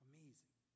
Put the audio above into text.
Amazing